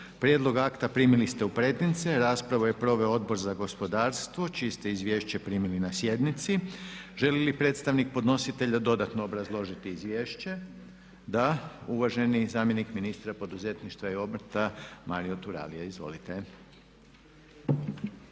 Prijedlog akta primili ste u pretince. Raspravu je proveo Odbor za gospodarstvo čije ste izvješće primili na sjednici. Želi li predstavnik podnositelja dodatno obrazložiti izvješće? Da. Uvaženi zamjenik ministra poduzetništva i obrta Mario Turalija. Izvolite.